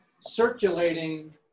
circulating